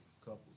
couples